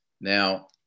Now